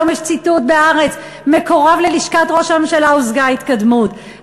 היום יש ציטוט ב"הארץ" מקורב ללשכת ראש הממשלה: הושגה התקדמות.